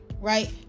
right